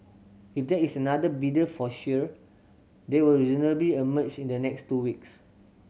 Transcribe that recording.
if there is another bidder for Shire they will reasonably emerge in the next two weeks